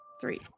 three